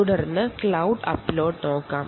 തുടർന്ന് ക്ലൌഡിലേക്ക് അപ്ലോഡ് ചെയ്യാം